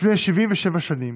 לפני 77 שנים,